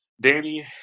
Danny